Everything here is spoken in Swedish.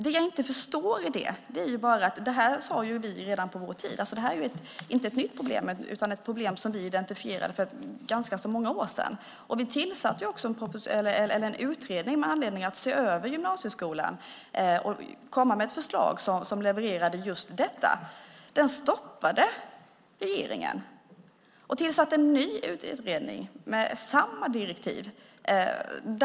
Det jag inte förstår i det är bara att detta sade vi redan på vår tid. Det här är inte något nytt problem utan ett problem som vi identifierade för ganska många år sedan. Med anledning av detta tillsatte vi också en utredning som skulle se över gymnasieskolan och komma med ett förslag som levererade just detta. Den stoppade regeringen och tillsatte en ny utredning med samma direktiv.